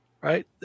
right